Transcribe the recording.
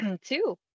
Two